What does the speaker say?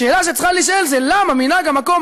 השאלה שצריכה להישאל היא למה מנהג המקום,